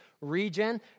Regen